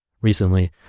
Recently